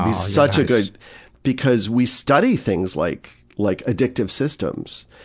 such a good because we study things like like addictive systems.